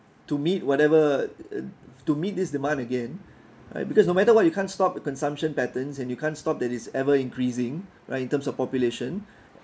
to meet whatever uh to meet this demand again right because no matter what you can't stop the consumption patterns and you can't stop that it is ever increasing right in terms of population